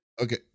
Okay